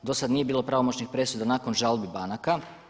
Do sad nije bilo pravomoćnih presuda nakon žalbi banaka.